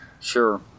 Sure